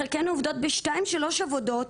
חלקינו עובדות בשתיים-שלוש עבודות.